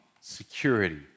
security